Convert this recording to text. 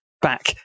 back